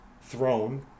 throne